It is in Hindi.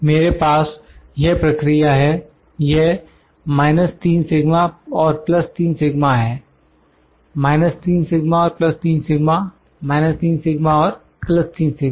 मेरे पास यह प्रक्रिया है यह −3 σ और 3 σ है −3 σ और 3 σ −3 σ और 3 σ